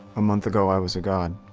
a month ago i was a god.